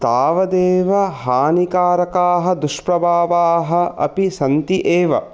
तावदेव हानिकारका दुष्प्रभावा अपि सन्ति एव